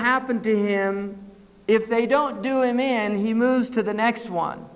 happen to him if they don't do a man he moves to the next one